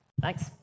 Thanks